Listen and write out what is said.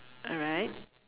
alright